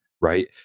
right